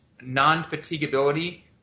non-fatigability